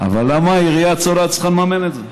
אבל למה העירייה הצולעת צריכה לממן את זה?